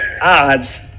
odds